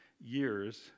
years